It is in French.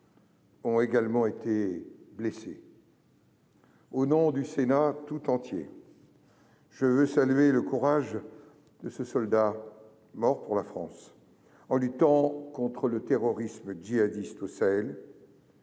ont également été touchés. Au nom du Sénat tout entier, je veux saluer le courage de ce soldat, mort pour la France en luttant contre le terrorisme djihadiste au Sahel,